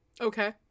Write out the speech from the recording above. Okay